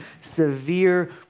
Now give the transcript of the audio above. severe